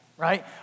right